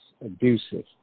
abusive